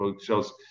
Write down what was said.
shows